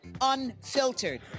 Unfiltered